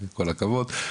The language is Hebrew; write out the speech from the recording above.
כל הכבוד,